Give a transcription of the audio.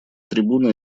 трибуны